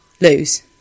lose